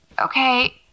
Okay